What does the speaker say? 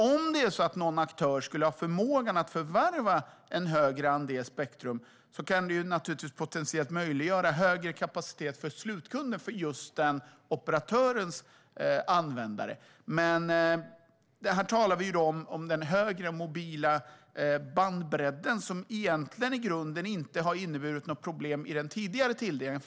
Om någon aktör skulle ha förmågan att förvärva en högre andel spektrum kan det naturligtvis potentiellt möjliggöra högre kapacitet för slutkunden för just den operatörens användare. Men här talar vi då om den större mobila bandbredden, som egentligen i grunden inte har inneburit något problem i den tidigare tilldelningen.